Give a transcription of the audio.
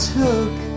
took